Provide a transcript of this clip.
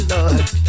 Lord